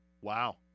Wow